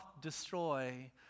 destroy